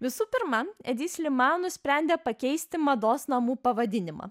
visu pirma edi sliman nusprendė pakeisti mados namų pavadinimą